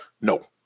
No